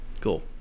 Cool